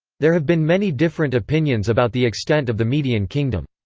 there have been many different opinions about the extent of the median kingdom.